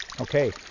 Okay